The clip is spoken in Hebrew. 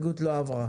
ההסתייגות לא עברה.